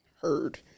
Heard